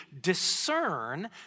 discern